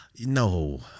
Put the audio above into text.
No